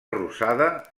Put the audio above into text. rosada